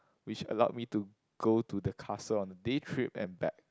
which allowed me to go to the castle on day trip and back